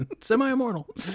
Semi-immortal